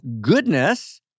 goodness